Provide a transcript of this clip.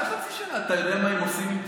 איזה חצי שנה, אתה יודע מה הם עושים עם טיסות?